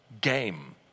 game